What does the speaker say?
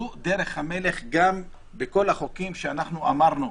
זו דרך המלך גם בכל החוקים שאנחנו אמרנו.